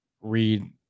read